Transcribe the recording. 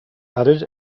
added